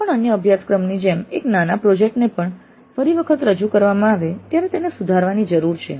કોઈપણ અન્ય અભ્યાસક્રમની જેમ એક નાના પ્રોજેક્ટ ને પણ ફરી વખત રજૂ કરવામાં આવે ત્યારે તેને સુધારવાની જરૂર છે